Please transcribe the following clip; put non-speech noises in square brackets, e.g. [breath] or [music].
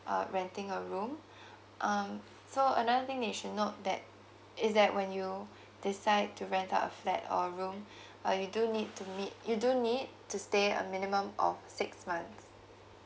uh renting a room [breath] um so another thing you should note that is that when you [breath] decide to rent out a flat or room [breath] uh you do need to meet you do need to stay a minimum of six months